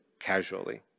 casually